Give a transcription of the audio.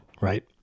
right